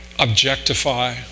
objectify